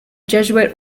jesuit